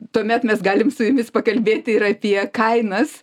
tuomet mes galim su jumis pakalbėti ir apie kainas